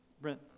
Brent